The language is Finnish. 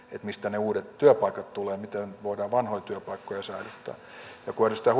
mistä ne uudet työpaikat tulevat ja miten voidaan vanhoja työpaikkoja säilyttää ja kun edustaja